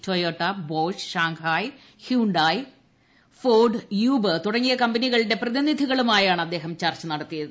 Toyota Bosch Shanghai Hyundai Ford Uber തുടങ്ങിയ കമ്പനികളുടെ പ്രതിനിധികളുമായാണ് അദ്ദേഹം ചർച്ച നടത്തിയത്